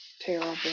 terrible